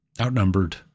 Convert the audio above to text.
outnumbered